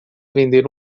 vender